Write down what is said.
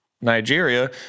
Nigeria